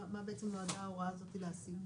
מה באה ההוראה הזאת להשיג?